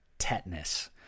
Tetanus